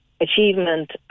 Achievement